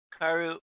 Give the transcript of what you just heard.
Karu